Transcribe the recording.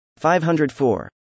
504